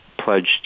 pledged